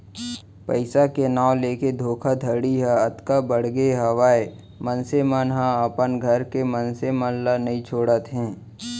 पइसा के नांव लेके धोखाघड़ी ह अतका बड़गे हावय मनसे मन ह अपन घर के मनसे मन ल नइ छोड़त हे